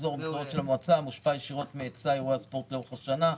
מחזור המכירות של המועצה מושפע ישירות מהיצע אירועי הספורט לאורך השנה.